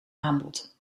aanbod